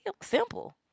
simple